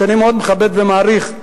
שאני מאוד מכבד ומעריך,